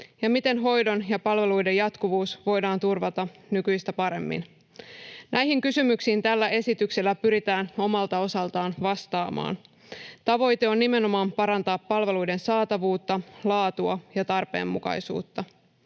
Miten hoidon ja palveluiden jatkuvuus voidaan turvata nykyistä paremmin? Näihin kysymyksiin tällä esityksellä pyritään omalta osaltaan vastaamaan. Tavoite on nimenomaan parantaa palveluiden saatavuutta, laatua ja tarpeenmukaisuutta.